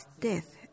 death